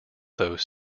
those